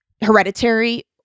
Hereditary